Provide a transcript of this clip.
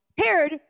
paired